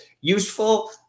useful